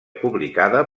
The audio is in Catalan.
publicada